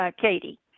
Katie